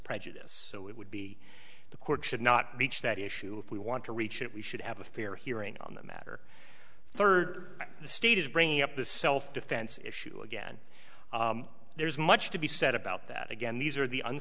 prejudice so it would be the court should not beach that issue if we want to reach it we should have a fair hearing on the matter third the state is bringing up the self defense issue again there's much to be said about that again these are the